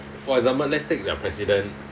for example let's take their president